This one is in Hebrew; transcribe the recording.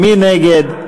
מי נגד?